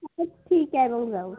अच्छा ठीक आहे मग जाऊ